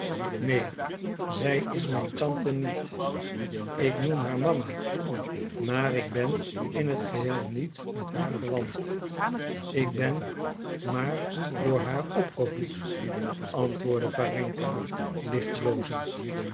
neen zij is mijn tante niet ik noem haar mama maar ik ben in het geheel niet met haar verwant ik ben maar door haar opgevoed antwoordde warenka licht blozend